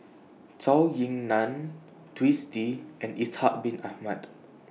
Zhou Ying NAN Twisstii and Ishak Bin Ahmad